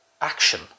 action